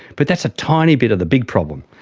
but that's a tiny bit of the big problem.